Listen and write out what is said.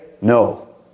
no